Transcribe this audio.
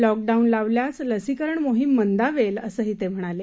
lockdown लावल्यास लसीकरण मोहीम मंदावेल असंही ते म्हणाले